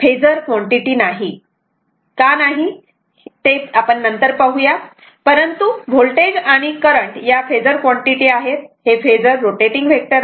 आपण हे phasor quantity का नाही ते नंतर पाहू या परंतु वोल्टेज आणि करंट या फेजर कॉन्टिटी आहेत आणि फेजर हे रोटेटिंग व्हेक्टर आहे